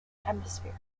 hemisphere